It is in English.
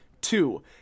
Two